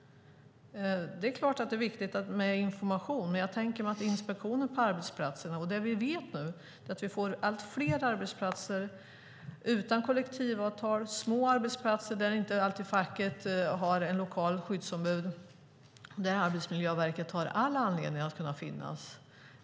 Det är klart att det är viktigt med information, men jag tänker mig att inspektionen på arbetsplatserna är viktigare. Det vi vet nu är att vi får allt fler arbetsplatser utan kollektivavtal. Det är små arbetsplatser där facket inte alltid har ett lokalt skyddsombud, och där har Arbetsmiljöverket all anledning att finnas.